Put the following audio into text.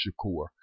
Shakur